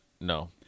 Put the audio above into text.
no